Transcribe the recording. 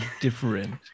different